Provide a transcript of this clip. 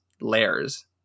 layers